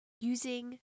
using